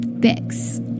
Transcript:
fix